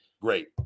great